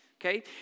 Okay